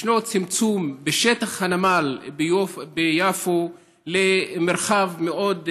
ישנו צמצום בשטח הנמל ביפו, למרחב צר מאוד.